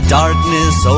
darkness